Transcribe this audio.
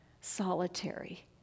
solitary